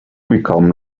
become